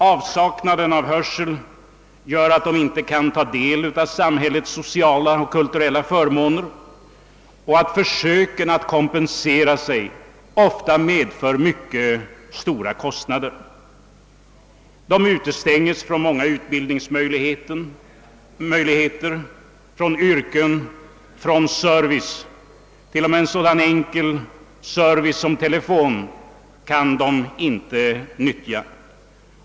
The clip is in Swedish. Avsaknaden av hörsel gör att de inte kan utnyttja många av samhällets sociala och kulturella förmåner, och försöken att kompensera sig för detta medför stora kostnader. De döva utestänges också från många utbildningsmöjligheter, från yrken och från service. Inte ens en sådan enkel serviceanordning som telefonen kan de utnyttja.